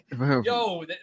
yo